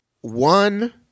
one